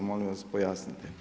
Molim vas pojasnite.